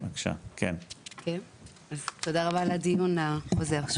תודה רבה על הדיון החוזר.